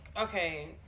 okay